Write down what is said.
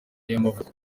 y’amavuko